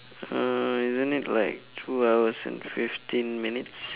uh isn't it like two hours and fifteen minutes